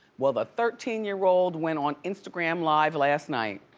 well, the thirteen year old went on instagram live last night.